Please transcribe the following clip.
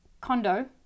condo